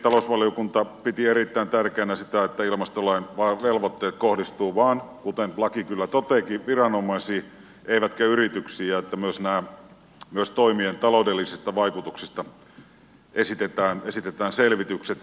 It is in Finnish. talousvaliokunta piti erittäin tärkeänä myöskin sitä että ilmastolain velvoitteet kohdistuvat vain kuten laki kyllä toteaakin viranomaisiin eivätkä yrityksiin ja että myös toimien taloudellisista vaikutuksista esitetään selvitykset